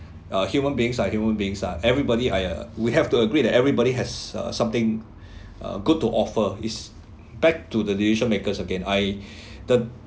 uh human beings ah human beings ah everybody I would have to agree that everybody has something uh good to offer it's back to the decision makers again I the